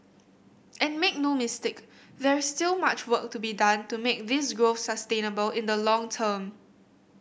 and make no mistake there's still much work to be done to make this growth sustainable in the long term